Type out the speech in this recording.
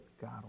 God